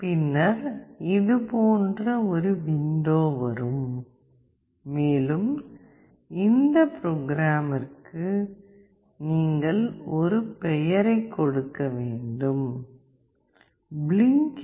பின்னர் இதுபோன்ற ஒரு விண்டோ வரும் மேலும் இந்த ப்ரோக்ராமிற்கு நீங்கள் ஒரு பெயரைக் கொடுக்க வேண்டும் பிளிங்க் எல்